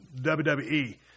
WWE